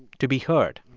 to be heard,